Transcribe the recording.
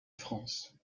france